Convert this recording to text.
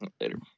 Later